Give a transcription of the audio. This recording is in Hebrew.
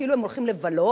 כאילו הם הולכים לבלות,